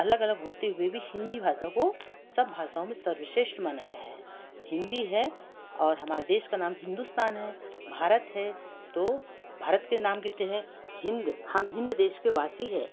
अलग अलग होते हुए भी हिंदी भाषा को सब भाषाओं में सर्वश्रेष्ठ माना गया है हिंदी है और हमारे देश का नाम हिंदुस्तान है भारत है तो भारत के नाम कितने हैं हिंद हम हिंद देश के वासी हैं